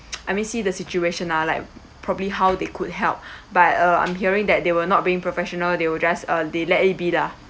I mean see the situation lah like probably how they could help by uh I'm hearing that they will not being professional they will just uh they let it be lah